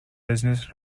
business